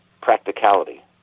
practicality